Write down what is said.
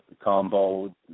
combo